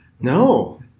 No